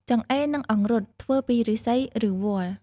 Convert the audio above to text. ចង្អេរ និងអង្រុត ធ្វើពីឫស្សីឬវល្លិ។